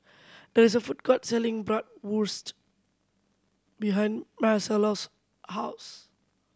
there is a food court selling Bratwurst behind Marcello's house